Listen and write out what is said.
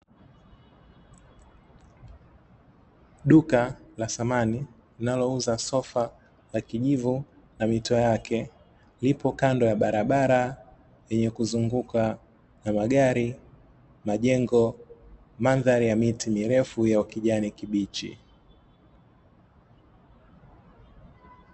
Duka la samani linalouza sofa la kijivu na mito yake lipo kando ya barabara yenye kuzungukwa na magari, majengo mandhari ya miti mirefu ya ukijani kibichi.